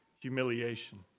humiliation